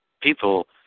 people